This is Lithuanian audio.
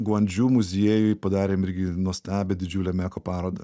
guandžiu muziejuj padarėm irgi nuostabią didžiulę meko parodą